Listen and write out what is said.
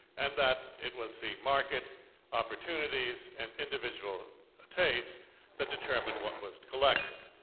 and that it was the market opportunities and individual ah tastes that determined what was collected.